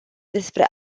despre